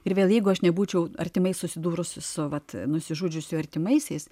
ir vėl jeigu aš nebūčiau artimai susidūrusi su vat nusižudžiusių artimaisiais